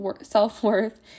self-worth